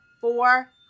four